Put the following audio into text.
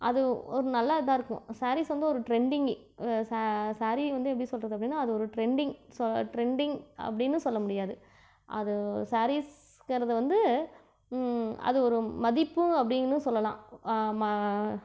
அது ஒரு நல்ல இதாக இருக்கும் ஸாரீஸ் வந்து ஒரு ட்ரெண்டிங் ஸா ஸாரீ வந்து எப்படி சொல்கிறது அப்படின்னா அது ஒரு ட்ரெண்டிங் ஸோ ட்ரெண்டிங் அப்படின்னு சொல்ல முடியாது அது ஸாரீஸ்ங்கிறது வந்து அது ஒரு மதிப்பு அப்படின்னும் சொல்லலாம் ம